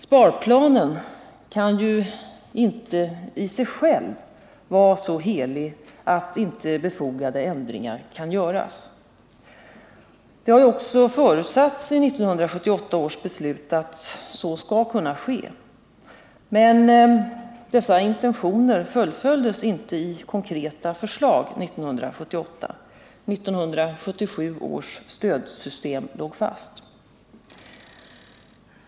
Sparplanen kan ju inte i sig själv vara så helig att inte befogade ändringar kan göras. Det har också förutsatts i 1978 års beslut att så skall kunna ske. Men dessa intentioner fullföljdes inte i konkreta förslag 1978. 1977 års stödsystem låg fast.